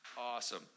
awesome